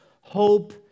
hope